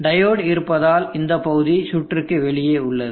diode இருப்பதால் இந்த பகுதி சுற்றுக்கு வெளியே உள்ளது